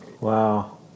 Wow